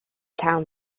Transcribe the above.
town